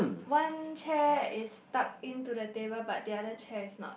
one chair is stuck into the table but the other chair is not